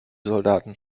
soldaten